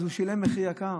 אז הוא שילם מחיר יקר?